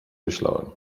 myślałem